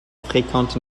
fréquentes